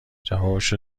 جوابشو